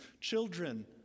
Children